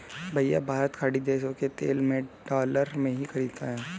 भैया भारत खाड़ी देशों से तेल डॉलर में ही खरीदता है